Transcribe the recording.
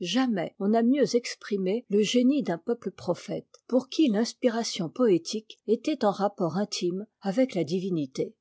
jamais on n'a mieux exprimé le génie d'un peuple prophète pour qui l'inspiration poétique était un rapport intime avec la divinité